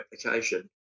application